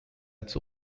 its